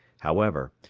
however,